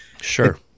Sure